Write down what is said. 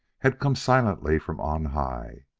had come silently from on high.